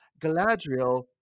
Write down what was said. Galadriel